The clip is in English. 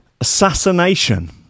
assassination